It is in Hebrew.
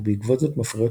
ובעקבות זאת מפריעות